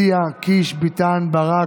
אתי עטייה, יואב קיש, דוד ביטן,